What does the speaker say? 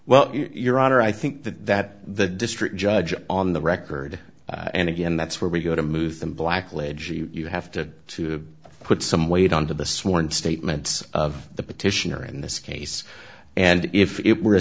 well your honor i think that that the district judge on the record and again that's where we go to move them blackledge you have to put some weight on to the sworn statements of the petitioner in this case and if it were a